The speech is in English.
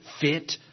fit